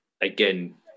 Again